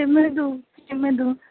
क्षम्यताम् क्षम्यताम्